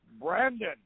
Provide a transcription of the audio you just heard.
Brandon